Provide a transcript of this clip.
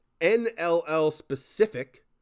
NLL-specific